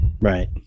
Right